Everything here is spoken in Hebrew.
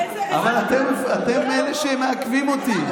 אבל אתם אלה שמעכבים אותי.